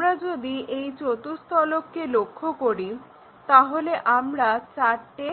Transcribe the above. আমরা যদি এই চতুস্তলককে লক্ষ্য করি তাহলে আমরা চারটে